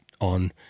on